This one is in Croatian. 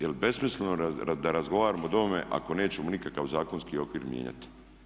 Je li besmisleno da razgovaramo o ovome ako nećemo nikakav zakonski okvir mijenjati?